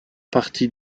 partie